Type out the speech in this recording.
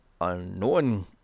unknown